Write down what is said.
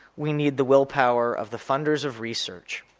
we need the willpower of the funders of research,